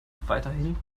weiterhin